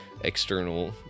external